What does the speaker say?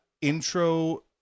intro